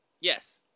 Yes